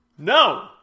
No